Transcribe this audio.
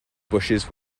bushes